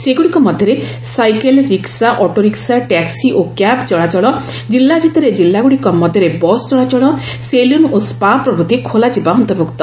ସେଗୁଡ଼ିକ ମଧ୍ୟରେ cycle rickshaw auto rickshaw taxi ଓ କ୍ୟାବ୍ ଚଳାଚଳ ଜିଲ୍ଲା ଭିତରେ ଜିଲ୍ଲାଗୁଡ଼ିକ ମଧ୍ୟରେ ବସ୍ ଚଳାଚଳ ସେଲୁନ ଓ ସ୍କା ପ୍ରଭୂତି ଖୋଲାଯିବା ଅନ୍ତର୍ଭୁକ୍ତ